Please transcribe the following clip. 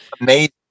amazing